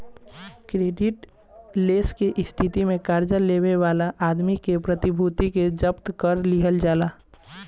credit less के स्थिति में कर्जा लेवे वाला आदमी के प्रतिभूति के जब्त कर लिहल जाला